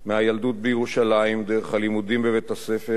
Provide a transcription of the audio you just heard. דרך הלימודים בבית-הספר והשירות במערכת הביטחון